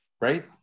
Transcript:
right